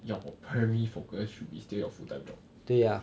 your primary focus should be still your full time job